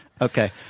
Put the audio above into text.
Okay